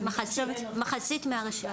מחצית מהרשויות,